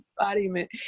embodiment